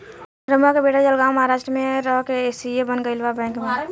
रमुआ के बेटा जलगांव महाराष्ट्र में रह के सी.ए बन गईल बा बैंक में